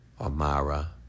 Amara